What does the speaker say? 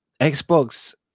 xbox